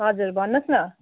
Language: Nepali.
हजुर भन्नुहोस् न